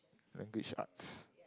language arts